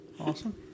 Awesome